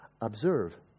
Observe